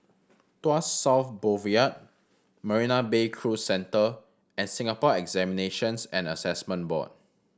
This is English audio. Tuas South Boulevard Marina Bay Cruise Centre and Singapore Examinations and Assessment Board